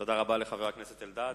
תודה רבה לחבר הכנסת אלדד.